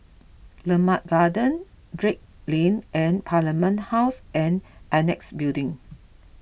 Limau Garden Drake Lane and Parliament House and Annexe Building